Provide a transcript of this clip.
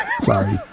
Sorry